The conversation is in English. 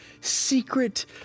secret